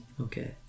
okay